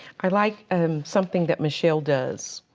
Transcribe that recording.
i like something that michelle does,